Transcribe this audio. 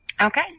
Okay